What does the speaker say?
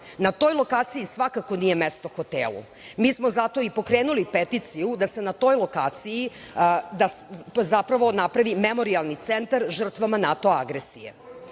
Na toj lokaciji svakako nije mesto hotelu. Mi smo zato i pokrenuli peticiju da se na toj lokaciji, da se zapravo napravi memorijalni centar žrtvama NATO agresije.U